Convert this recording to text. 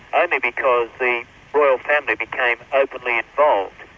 only because the royal family became openly involved.